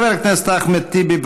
חבר הכנסת אחמד טיבי,